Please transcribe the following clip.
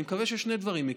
אני מקווה ששני דברים יקרו: